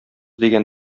дигән